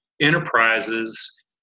enterprises